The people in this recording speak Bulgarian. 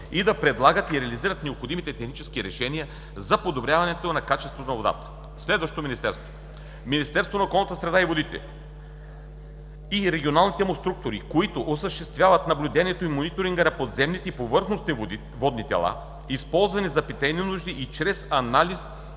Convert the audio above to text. и да предлагат и реализират необходимите технически решения за подобряване качеството на питейната вода; – Министерството на околната среда и водите и регионалните му структури, които осъществяват наблюдението и мониторинга на подземните и повърхностните водни тела, използвани за питейни нужди и чрез анализ